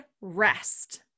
rest